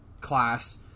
class